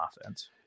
offense